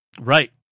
Right